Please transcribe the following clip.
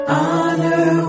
honor